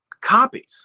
copies